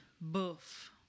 Boof